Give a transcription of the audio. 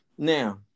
Now